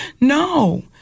No